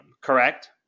correct